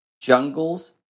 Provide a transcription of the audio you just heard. jungles